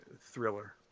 Thriller